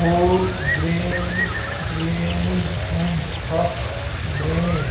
ہول green grains ہُنٛد اَکھ brand